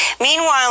Meanwhile